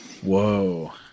Whoa